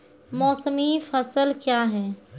मौसमी फसल क्या हैं?